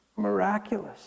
miraculous